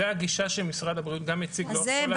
זו הגישה שמשרד הבריאות גם מציג לאורך כל הדרך.